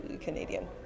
Canadian